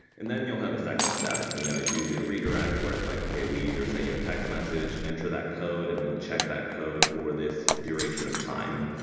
and then you'll have a second step. you know it's usually a redirect where it's like, okay. we either send you a text message. enter that code and we'll check that code for this duration of time.